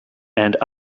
and